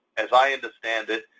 as i understand it,